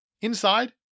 Inside